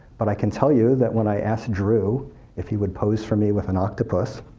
but i can tell you that when i asked drew if he would pose for me with an octopus